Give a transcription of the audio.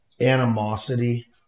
animosity